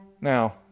Now